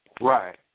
Right